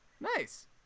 Nice